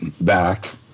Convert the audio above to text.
back